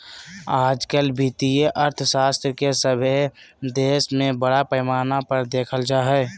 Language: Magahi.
आजकल वित्तीय अर्थशास्त्र के सभे देश में बड़ा पैमाना पर देखल जा हइ